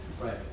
Right